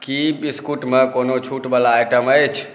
की बिस्कुटमे कोनो छूटवला आइटम अछि